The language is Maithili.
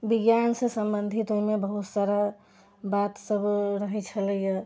विज्ञानसँ सम्बन्धित ओहिमे बहुत सारा बात सब रहैत छलैया